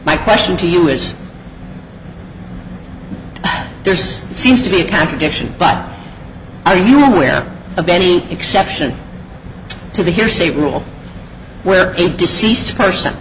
my question to you is there's seems to be a contradiction but are you aware of any exception to the hearsay rule where a deceased person